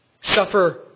suffer